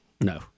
No